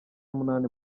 munani